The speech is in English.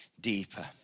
deeper